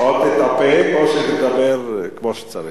או שתתאפק או שתדבר כמו שצריך.